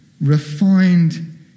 refined